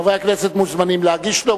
חברי הכנסת מוזמנים להגיש לו.